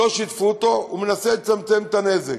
לא שיתפו אותו, מנסה לצמצם את הנזק.